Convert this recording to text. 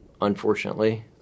unfortunately